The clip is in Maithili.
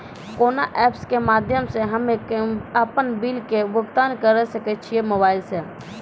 कोना ऐप्स के माध्यम से हम्मे अपन बिल के भुगतान करऽ सके छी मोबाइल से?